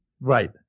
Right